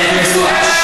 אין ויכוח.